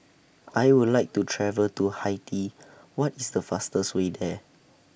I Would like to travel to Haiti What IS The fastest Way There